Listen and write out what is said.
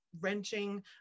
wrenching